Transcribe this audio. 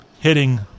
hitting